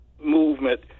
movement